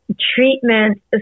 treatment